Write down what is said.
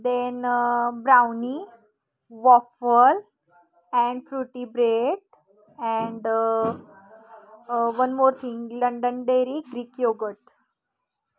then brownie waffle and fruity bread and one more thing London dairy greek yogurt